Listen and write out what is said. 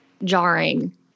Jarring